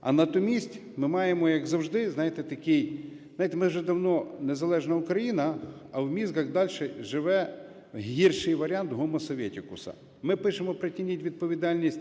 А натомість ми маємо, як завжди, знаєте, такий… Знаєте, ми вже давно незалежна Україна, а в мізках дальше живе гірший варіант Homo Sovieticus. Ми пишемо, притягніть відповідальних